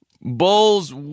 Bulls